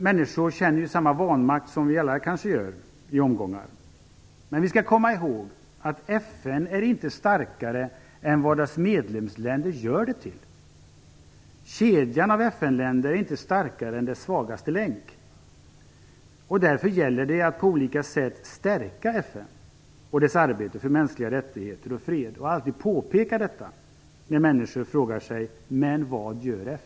Man känner samma vanmakt som vi alla kanske gör någon gång. Men vi skall komma ihåg att FN inte är starkare än vad dess medlemsländer gör FN till. Kedjan av FN-länder är inte starkare än dess svagaste länk. Därför gäller det att på olika sätt stärka FN och dess arbete för mänskliga rättigheter och friheter. Det skall man alltid påpeka när människor frågar sig vad FN gör.